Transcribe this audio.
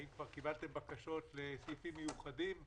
האם כבר קיבלתם בקשות לסעיפים מיוחדים,